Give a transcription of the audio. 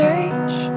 age